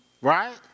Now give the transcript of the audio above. Right